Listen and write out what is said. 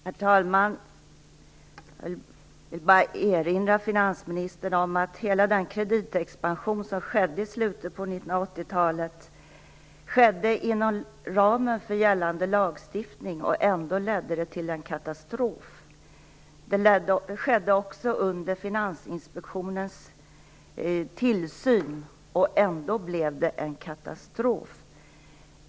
Herr talman! Jag vill bara erinra finansministern om att hela den kreditexpansion som skedde i slutet av 1980-talet skedde inom ramen för gällande lagstiftning. Ändå ledde det till en katastrof. Det skedde också under Finansinspektionens tillsyn. Ändå blev det en katastrof.